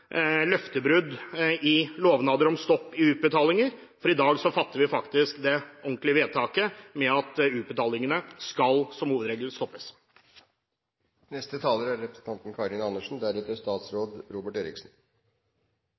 løftebrudd i lovnader om stopp i utbetalinger, for i dag fatter vi faktisk det ordentlige vedtaket om at utbetalingene skal, som hovedregel, stoppes. Barnebortføring er